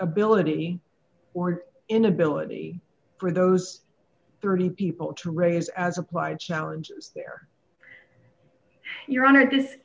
ability or inability for those thirty people to raise as applied challenges here your honor this